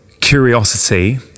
curiosity